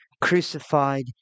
crucified